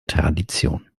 tradition